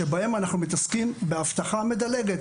שבהן אנחנו מתעסקים באבטחה מדלגת,